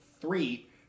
three